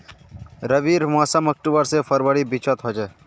रविर मोसम अक्टूबर से फरवरीर बिचोत होचे